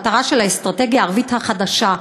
המטרה של האסטרטגיה הערבית החדשה.